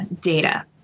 data